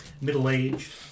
middle-aged